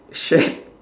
shat